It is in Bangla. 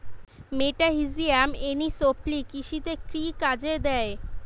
মেটাহিজিয়াম এনিসোপ্লি কৃষিতে কি কাজে দেয়?